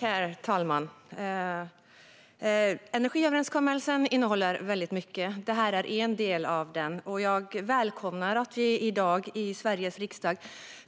Herr talman! Energiöverenskommelsen innehåller väldigt mycket, och det här är en del av den. Jag välkomnar att vi i dag i Sveriges riksdag